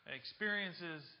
experiences